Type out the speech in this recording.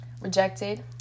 rejected